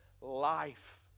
life